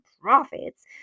profits